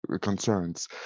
concerns